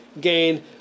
gain